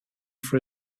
for